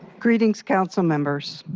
greetings councilmembers.